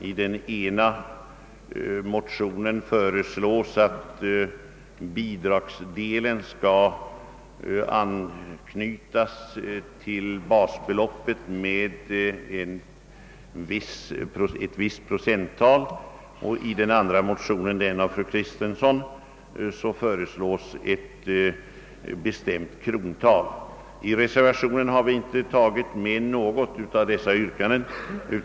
I det ena motionsparet föreslås att bidragsdelen skall anknytas till basbeloppet med ett visst procenttal, och i det motionspar, som fru Kristensson talat för, föreslås uppräkning med ett bestämt belopp. I reservationen har vi inte tagit upp dessa yrkanden.